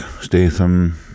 Statham